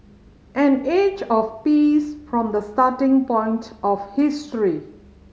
an age of peace from the starting point of history